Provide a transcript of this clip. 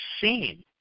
seen